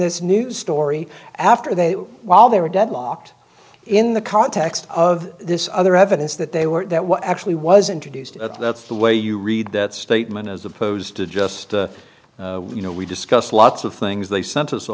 this new story after they while they were deadlocked in the context of this other evidence that they were that what actually was introduced at that's the way you read that statement as opposed to just you know we discussed lots of things they sent us